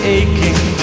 aching